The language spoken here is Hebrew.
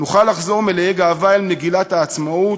נוכל לחזור מלאי גאווה אל מגילת העצמאות